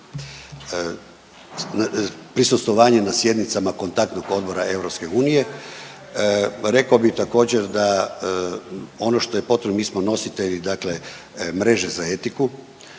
prisustvovanje na sjednicama Kontaktnog odbora EU. Rekao bih također, da ono što je potrebno, mi smo nositelji dakle mreže za etiku